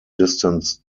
distance